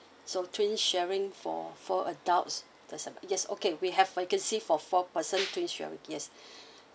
so twins sharing for four adults third sep~ yes okay we have vacancy for four person twin sharing yes